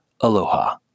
Aloha